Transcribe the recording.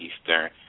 Eastern